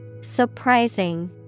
Surprising